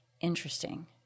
interesting